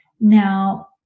Now